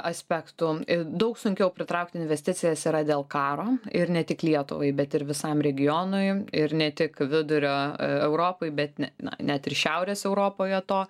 aspektų daug sunkiau pritraukti investicijas yra dėl karo ir ne tik lietuvai bet ir visam regionui ir ne tik vidurio europai bet ne na net ir šiaurės europoje to